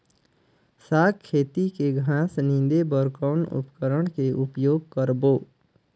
साग खेती के घास निंदे बर कौन उपकरण के उपयोग करबो?